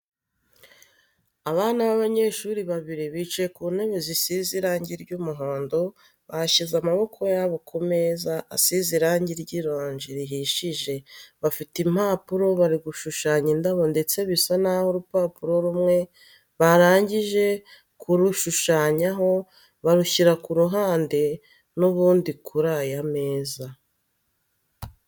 Abana b'abanyeshuri babiri bicaye ku ntebe zisize irange ry'umuhondo, bashyize amaboko yabo ku meza asize irange ry'ironji rihishije. Bafite impapuro bari gushushanyaho indabo ndetse bisa n'aho urupapuro rumwe barangije kurushushanyaho, barushyira ku ruhande n'ubundi kuri ya meza.